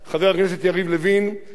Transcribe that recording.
חברת הכנסת ציפי חוטובלי,